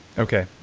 okay.